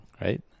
right